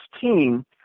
team